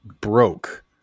broke